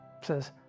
says